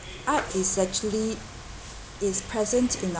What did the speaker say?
art is actually is present in